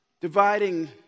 dividing